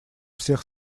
всех